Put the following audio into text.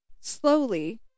slowly